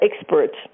experts